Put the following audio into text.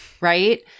right